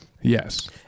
Yes